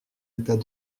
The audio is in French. état